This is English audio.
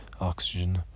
oxygen